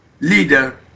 leader